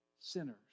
sinners